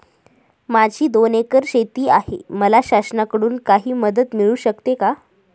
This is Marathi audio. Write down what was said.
माझी दोन एकर शेती आहे, मला शासनाकडून काही मदत मिळू शकते का?